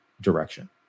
direction